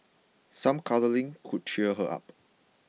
some cuddling could cheer her up